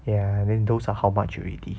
ya and then those are how much already